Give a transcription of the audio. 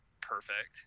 perfect